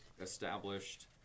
established